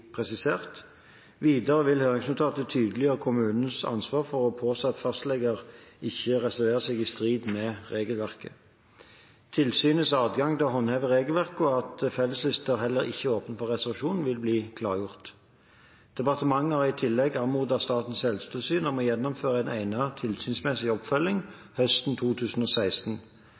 presisert. Videre vil høringsnotatet tydeliggjøre kommunens ansvar for å påse at fastleger ikke reserverer seg i strid med regelverket. Tilsynets adgang til å håndheve regelverket, og at felleslister heller ikke åpner for reservasjon, vil bli klargjort. Departementet har i tillegg anmodet Statens helsetilsyn om å gjennomføre en egnet tilsynsmessig oppfølging høsten 2016.